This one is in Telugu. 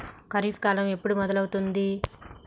ఖరీఫ్ కాలం ఎప్పుడు మొదలవుతుంది?